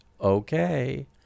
okay